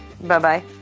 Bye-bye